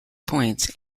points